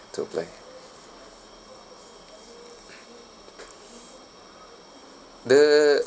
don't like the